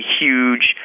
huge